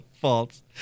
false